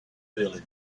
village